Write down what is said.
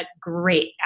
great